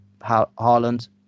Haaland